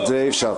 את זה אי אפשר.